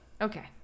Okay